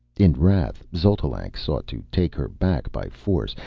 in wrath xotalanc sought to take her back by force,